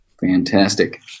Fantastic